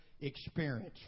experience